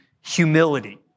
humility